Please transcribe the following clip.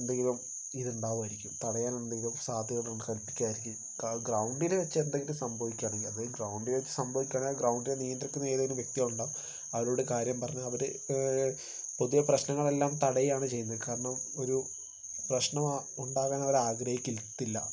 എന്തെങ്കിലും ഇത് ഉണ്ടാകുവായിരിക്കും തടയാൻ എന്തെങ്കിലും സാധ്യതകൾ കൽപ്പിക്കുകയായിരിക്കും കാ ഗ്രൗണ്ടിൽ വെച്ച് എന്തെങ്കിലും സംഭവിക്കുകയാണെങ്കിൽ അത് ഗ്രൗണ്ടീവെച്ച് സംഭവിക്കുകയാണെങ്കിൽ ഗ്രൗണ്ടിനെ നിയന്ത്രിക്കുന്ന ഏതേലും വ്യക്തി അവിടെ ഉണ്ടാകും അവരോട് കാര്യം പറഞ്ഞാൽ അവർ പൊതുവേ പ്രശ്നങ്ങളെല്ലാം തടയുകയാണ് ചെയ്യുന്നത് കാരണം ഒരു പ്രശ്നം ഉണ്ടാവാൻ അവർ ആഗ്രഹിക്കത്തില്ല